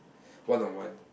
one on one